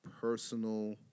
personal